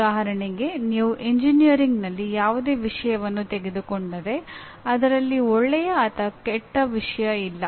ಉದಾಹರಣೆಗೆ ನೀವು ಎಂಜಿನಿಯರಿಂಗ್ನಲ್ಲಿ ಯಾವುದೇ ವಿಷಯವನ್ನು ತೆಗೆದುಕೊಂಡರೆ ಅದರಲ್ಲಿ ಒಳ್ಳೆಯ ಅಥವಾ ಕೆಟ್ಟ ವಿಷಯ ಇಲ್ಲ